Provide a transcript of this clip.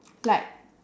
like